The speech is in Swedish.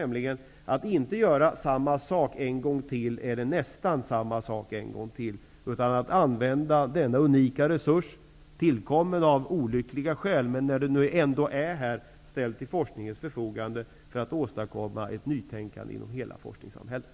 Vi skall inte göra samma sak eller nästan samma sak en gång till. Vi skall använda denna unika resurs -- tillkommen av olyckliga skäl, men när den nu ändå är här -- till forskningens förfogande för att åstadkomma ett nytänkande inom hela forskningssamhället.